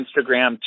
Instagram